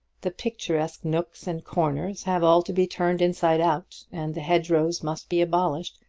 the picturesque nooks and corners have all to be turned inside out, and the hedgerows must be abolished,